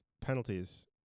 penalties